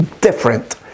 different